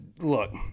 Look